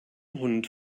hund